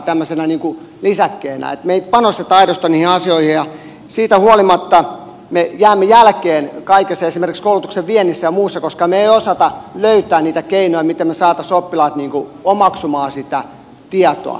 me emme panosta aidosti niihin asioihin ja siitä huolimatta me jäämme jälkeen kaikessa esimerkiksi koulutuksen viennissä ja muussa koska me emme osaa löytää niitä keinoja miten me saisimme oppilaat omaksumaan sitä tietoa